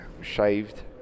shaved